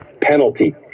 penalty